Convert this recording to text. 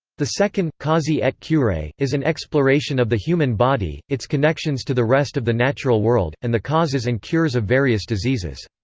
the second, causae et curae, is an exploration of the human body, its connections to the rest of the natural world, and the causes and cures of various diseases.